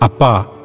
Apa